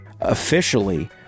Officially